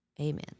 Amen